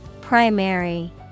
Primary